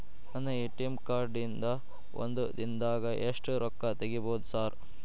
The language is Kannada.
ನನ್ನ ಎ.ಟಿ.ಎಂ ಕಾರ್ಡ್ ನಿಂದಾ ಒಂದ್ ದಿಂದಾಗ ಎಷ್ಟ ರೊಕ್ಕಾ ತೆಗಿಬೋದು ಸಾರ್?